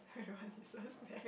Hui-Wen is a snake